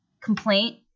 complaint